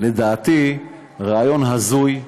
לדעתי זה רעיון הזוי,